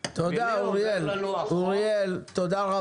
--- רגע, אוריאל, חכה שנייה.